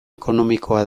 ekonomikoa